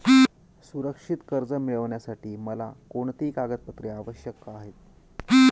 सुरक्षित कर्ज मिळविण्यासाठी मला कोणती कागदपत्रे आवश्यक आहेत